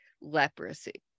leprosy